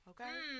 Okay